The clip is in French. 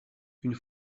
une